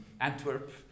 Antwerp